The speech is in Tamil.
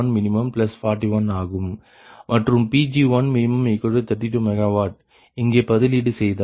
மற்றும் Pg1min32 MW இங்கே பதிலீடு செய்தால் 1 1min46